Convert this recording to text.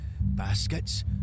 Baskets